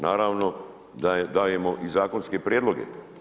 Naravno, da dajemo i zakonske prijedloge.